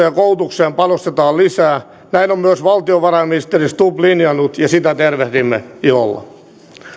ja koulutukseen panostetaan lisää näin on myös valtiovarainministeri stubb linjannut ja sitä tervehdimme ilolla